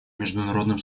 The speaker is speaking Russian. международным